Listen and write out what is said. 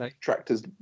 tractors